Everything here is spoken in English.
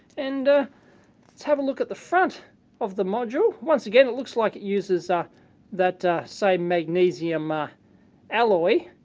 and let's have a look at the front of the module. once again it looks like it uses ah that same magnesium ah alloy.